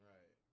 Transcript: Right